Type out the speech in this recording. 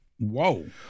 whoa